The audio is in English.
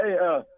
Hey